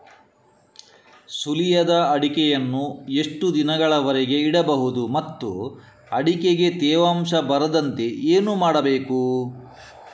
ಸುಲಿಯದ ಅಡಿಕೆಯನ್ನು ಎಷ್ಟು ದಿನಗಳವರೆಗೆ ಇಡಬಹುದು ಮತ್ತು ಅಡಿಕೆಗೆ ತೇವಾಂಶ ಬರದಂತೆ ಏನು ಮಾಡಬಹುದು?